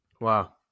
Wow